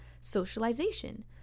socialization